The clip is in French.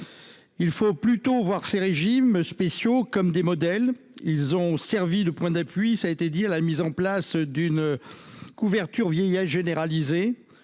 Il faut plutôt voir ces régimes spéciaux comme des modèles. Ils ont servi de point d'appui à la mise en place d'une couverture vieillesse généralisée.